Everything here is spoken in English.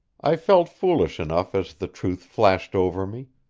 i felt foolish enough as the truth flashed over me.